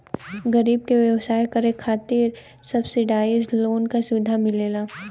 गरीब क व्यवसाय करे खातिर सब्सिडाइज लोन क सुविधा मिलला